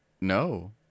no